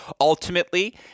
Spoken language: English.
ultimately